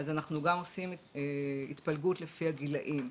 אנחנו עושים התפלגות לפי הגילאים,